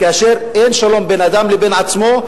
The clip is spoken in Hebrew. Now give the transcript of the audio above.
כאשר אין שלום בין אדם לבין עצמו,